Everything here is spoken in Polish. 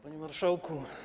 Panie Marszałku!